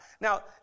Now